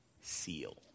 seal